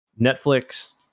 Netflix